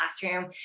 classroom